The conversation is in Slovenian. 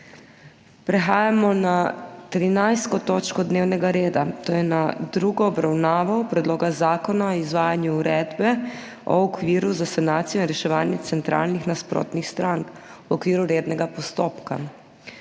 prekinjeno 13. točko dnevnega reda, to je s tretjo obravnavo Predloga zakona o izvajanju Uredbe (EU) o okviru za sanacijo in reševanje centralnih nasprotnih strank v okviru rednega postopka.